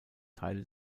teile